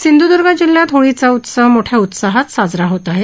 सिंधुदुर्ग जिल्ह्यात होळीचा उत्सव मोठ्या उत्साहात साजरा होत आहे